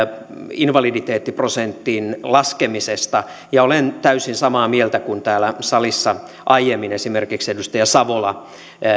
invaliditeettiprosentin laskemisen ja kiittää siitä olen täysin samaa mieltä kuin täällä salissa aiemmin esimerkiksi edustaja savola